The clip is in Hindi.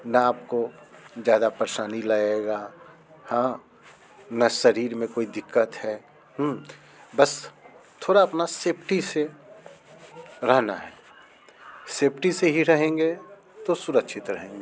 न आपको ज़्यादा परशानी लगेगा हाँ न शरीर में कोई दिक्कत है बस थोड़ा अपना सेफ्टी से रहना है सेफ्टी से ही रहेंगे तो सुरक्षित रहेंगे